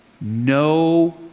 no